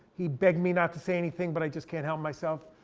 he begged me not to say anything but i just can't help myself.